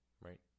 right